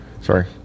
Sorry